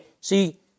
See